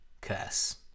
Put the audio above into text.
curse